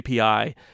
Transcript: API